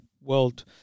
world